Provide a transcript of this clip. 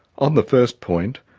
on the first point,